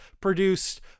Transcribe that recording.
produced